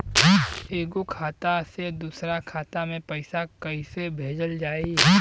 एगो खाता से दूसरा खाता मे पैसा कइसे भेजल जाई?